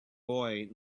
boy